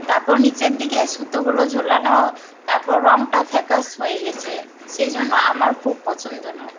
তারপর নিচের দিকে সুতোগুলো ঝোলানো তারপর রঙটা ফ্যাকাশে হয়ে গিয়েছে সেইজন্য আমার খুব পছন্দ নয়